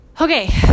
Okay